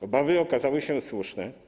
Obawy okazały się słuszne.